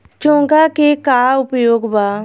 चोंगा के का उपयोग बा?